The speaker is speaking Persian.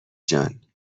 جان